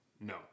no